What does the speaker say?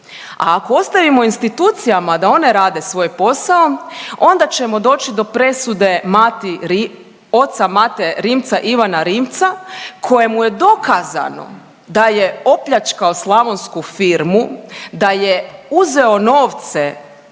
a ako ostavimo institucijama da one rade svoj posao onda ćemo doći do presude Mati Ri…, oca Mate Rimca, Ivana Rimca kojemu je dokazano da je opljačkao slavonsku firmu, da je uzeo novce,